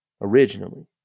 Originally